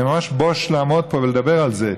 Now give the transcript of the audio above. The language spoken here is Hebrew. אני ממש בוש לעמוד פה ולדבר על זה,